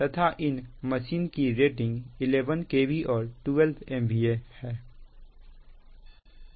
तथा इन मशीन की रेटिंग 11 k V और 12 MVA है